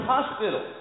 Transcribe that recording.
Hospital